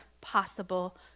possible